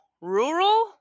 rural